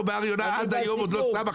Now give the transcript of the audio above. עד היום עוד לא שמו.